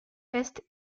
est